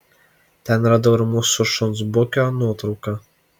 ten radau ir mūsų šuns bukio nuotrauką